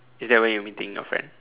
is that where you meeting your friend